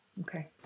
Okay